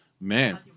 Man